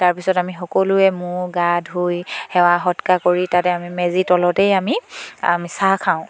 তাৰপিছত আমি সকলোৱে মৌ গা ধুই সেৱা সৎকাৰ কৰি তাতে আমি মেজি তলতেই আমি চাহ খাওঁ